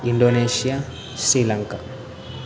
Indonesia Sri Lanka